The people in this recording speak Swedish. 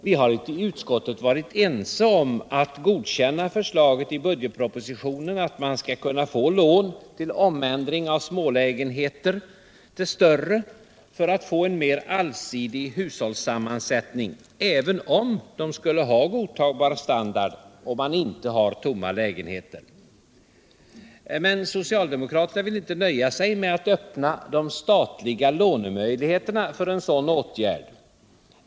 Vi har i utskottet varit ense om att godkänna förslaget i budgetpropositionen, att man skall kunna få lån till omändring av smålägenheter till större för att få en mer allsidig hushållssammansättning, även om de skulle ha godtagbar standard och man inte har tomma lägenheter. Men socialdemokraterna vill inte nöja sig med att öppna de statliga lånemöjligheterna för en sådan åtgärd.